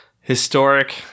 historic